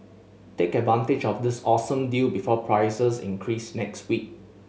take advantage of this awesome deal before prices increase next week